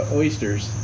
oysters